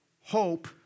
hope